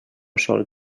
sol